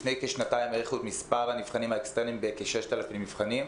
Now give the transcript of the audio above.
לפני כשנתיים העריכו את מס' הנבחנים האקסטרניים בכ-6,000 נבחנים,